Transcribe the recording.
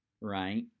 right